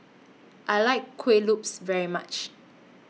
I like Kuih Lopes very much